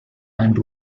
and